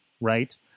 right